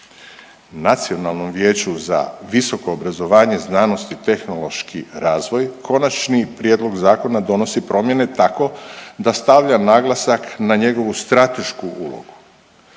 Nacionalnom vijeću za visoko obrazovanje, znanost i tehnološki razvoj konačni prijedlog zakona donosi promjene tako da stavlja naglasak na njegovu stratešku ulogu.